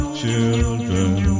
children